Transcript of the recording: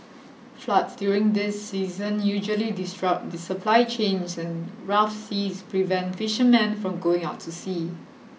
floods during this season usually disrupt supply chains and rough seas prevent fishermen from going out to sea